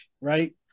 right